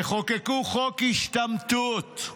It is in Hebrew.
יחוקקו חוק השתמטות.